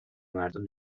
مردم